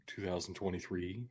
2023